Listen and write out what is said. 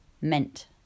meant